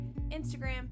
Instagram